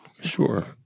Sure